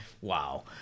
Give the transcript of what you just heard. Wow